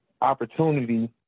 opportunity